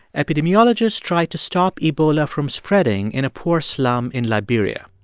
epidemiologists tried to stop ebola from spreading in a poor slum in liberia.